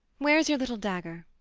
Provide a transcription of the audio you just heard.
where is your little dagger?